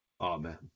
Amen